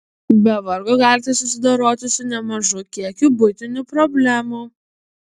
be vargo galite susidoroti su nemažu kiekiu buitinių problemų